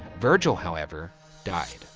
virgil however died.